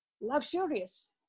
Luxurious